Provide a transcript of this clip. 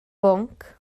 bwnc